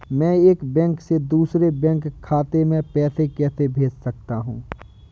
मैं एक बैंक से दूसरे बैंक खाते में पैसे कैसे भेज सकता हूँ?